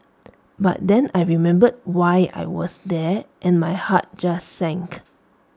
but then I remembered why I was there and my heart just sank